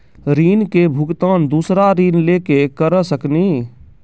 ऋण के भुगतान दूसरा ऋण लेके करऽ सकनी?